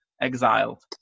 exiled